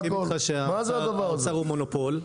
האוצר הוא מונופול.